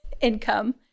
income